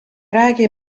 räägi